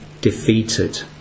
defeated